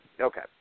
Okay